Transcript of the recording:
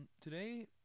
today